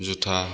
जुथा